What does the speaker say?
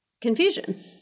confusion